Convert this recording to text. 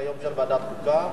סדר-היום של ועדת החוקה?